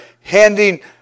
handing